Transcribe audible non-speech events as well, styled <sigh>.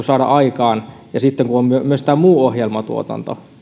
<unintelligible> saada aikaan ja kun on myös tämä muu ohjelmatuotanto